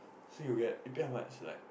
so you'll be like you pay how much